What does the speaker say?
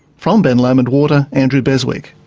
from ben lomond water, andrew beswick.